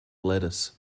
lettuce